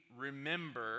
remember